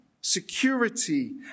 security